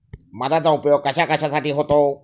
मधाचा उपयोग कशाकशासाठी होतो?